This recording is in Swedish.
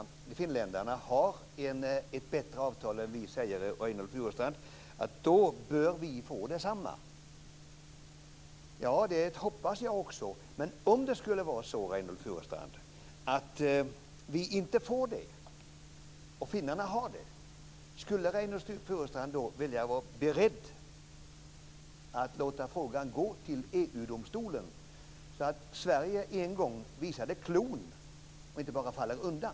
Är det så att finländarna har ett bättre avtal än vi, säger Reynoldh Furustrand, då bör vi få detsamma. Det hoppas jag också. Men om det skulle vara så, Reynoldh Furustrand, att vi inte får det, och finnarna har det, skulle Reynoldh Furustrand då vara beredd att låta frågan gå till EG-domstolen så att Sverige en gång visade klon och inte bara faller undan?